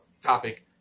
topic